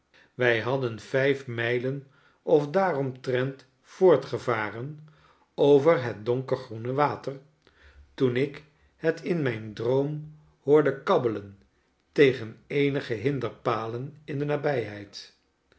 wij hadden vijf mijlen of daaromtrent voortgevaren over het donkergroene water toen ik het in mijn droom hoorde kabbelen tegen eenige hinderpalen in de nabijheid